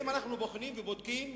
אם אנחנו בוחנים ובודקים,